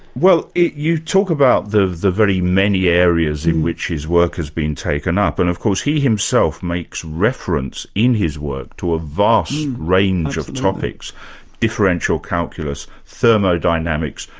well you talk about the the very many areas in which his work has been taken up, and of course he himself makes reference in his work, to a vast range of topics differential calculus, thermodynamics,